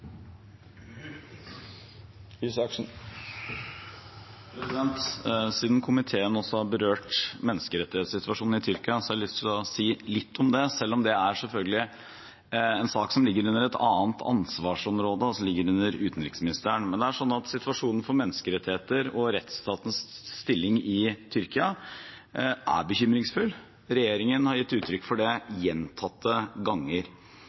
refererte til. Siden komiteen også har berørt menneskerettighetssituasjonen i Tyrkia, har jeg lyst til å si litt om det, selv om det selvfølgelig er en sak som ligger under en annens ansvarsområde: utenriksministerens. Situasjonen for menneskerettigheter og rettsstatens stilling i Tyrkia er bekymringsfull. Regjeringen har gitt uttrykk for det gjentatte ganger.